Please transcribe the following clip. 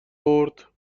برد